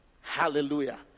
hallelujah